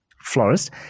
florist